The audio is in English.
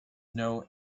know